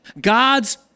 God's